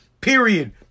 Period